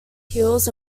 hills